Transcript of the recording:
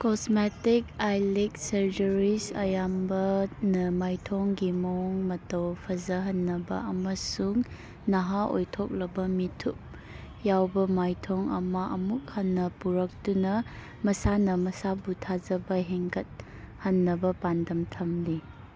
cosmetic eyelid surgeries ꯑꯌꯥꯝꯕꯅ ꯃꯥꯏꯊꯣꯡꯒꯤ ꯃꯑꯣꯡ ꯃꯇꯧ ꯐꯖꯍꯟꯅꯕ ꯑꯃꯁꯨꯡ ꯅꯍꯥ ꯑꯣꯏꯊꯣꯛꯂꯕ ꯃꯤꯊꯨꯞ ꯌꯥꯎꯕ ꯃꯥꯏꯊꯣꯡ ꯑꯃ ꯑꯃꯨꯛ ꯍꯟꯅ ꯄꯨꯔꯛꯇꯨꯅ ꯃꯁꯥꯅ ꯃꯁꯥꯕꯨ ꯊꯥꯖꯕ ꯍꯦꯟꯒꯠꯍꯟꯅꯕ ꯄꯥꯟꯗꯝ ꯊꯝꯂꯤ